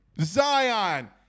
Zion